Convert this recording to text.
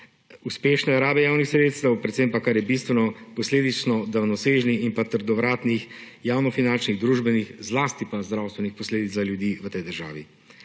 neuspešne rabe javnih sredstev, predvsem pa, kar je bistveno, posledično daljnosežnih in trdovratnih javnofinančnih, družbenih, zlasti pa zdravstvenih posledic za ljudi v tej državi.